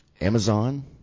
Amazon